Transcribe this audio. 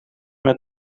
met